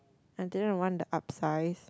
I didn't want the upsize